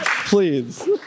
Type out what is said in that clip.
Please